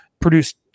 produced